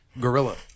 gorilla